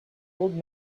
old